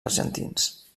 argentins